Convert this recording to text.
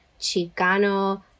Chicano